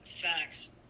facts